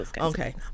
okay